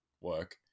work